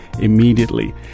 immediately